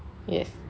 yes